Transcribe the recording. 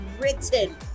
written